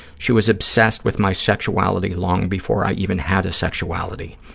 she was obsessed with my sexuality long before i even had a sexuality.